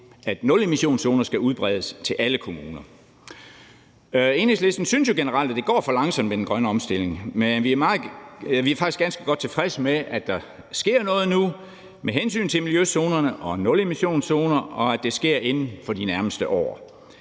at nulemissionszoner skal udbredes til alle kommuner. Enhedslisten synes jo generelt, at det går for langsomt med den grønne omstilling, men vi er faktisk ganske godt tilfredse med, at der sker noget nu med hensyn til miljøzoner og nulemissionszoner, og at det sker inden for de nærmeste år.